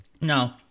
No